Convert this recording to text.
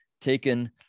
taken